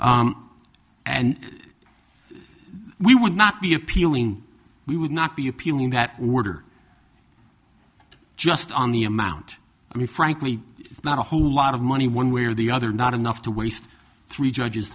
and we would not be appealing we would not be appealing that were just on the amount i mean frankly it's not a whole lot of money one way or the other not enough to waste three judges